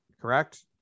correct